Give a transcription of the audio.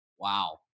wow